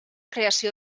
creació